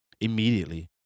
immediately